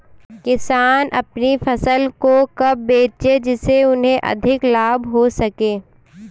किसान अपनी फसल को कब बेचे जिसे उन्हें अधिक लाभ हो सके?